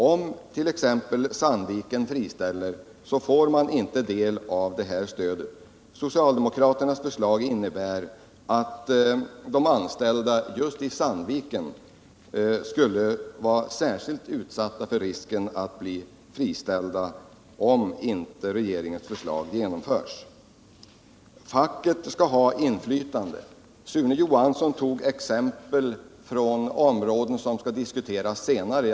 Om inte regeringens förslag genomförs utan i stället socialdemokraternas förslag, innebär det att de anställda just i Sandviken skulle vara särskilt utsatta för risken att bli friställda. Facket har inflytande. Sune Johansson måste ta exempel från områden som skall diskuteras senare.